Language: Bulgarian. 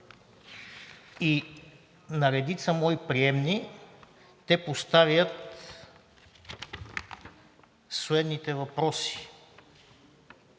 На редица мои приемни те поставят следните въпроси: